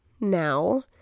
now